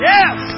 Yes